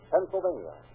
Pennsylvania